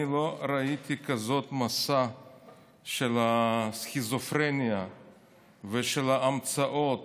אני לא ראיתי כזה מסע של סכיזופרניה ושל המצאות